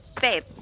Babe